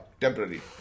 temporary